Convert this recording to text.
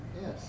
Yes